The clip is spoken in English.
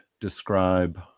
describe